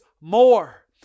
more